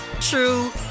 true